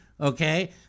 okay